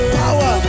power